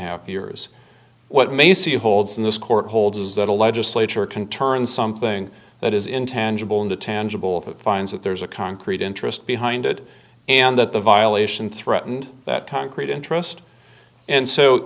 half years what maisie holds in this court holds is that a legislature can turn something that is intangible into tangible that finds that there's a concrete interest behind it and that the violation threatened that concrete in trust and so